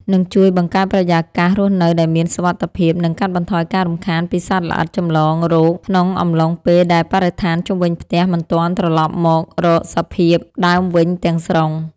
នឹងជួយបង្កើតបរិយាកាសរស់នៅដែលមានសុវត្ថិភាព និងកាត់បន្ថយការរំខានពីសត្វល្អិតចម្លងរោគក្នុងអំឡុងពេលដែលបរិស្ថានជុំវិញផ្ទះមិនទាន់ត្រឡប់មករកសភាពដើមវិញទាំងស្រុង។